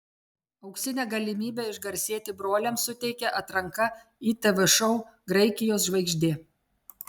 auksinę galimybę išgarsėti broliams suteikia atranka į tv šou graikijos žvaigždė